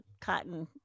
cotton